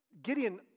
Gideon